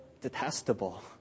detestable